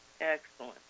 Excellent